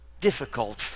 difficult